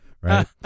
right